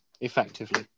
effectively